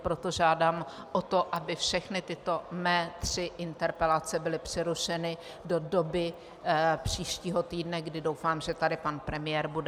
Proto žádám o to, aby všechny tyto mé tři interpelace byly přerušeny do doby příštího týdne, kdy doufám, že tady pan premiér bude.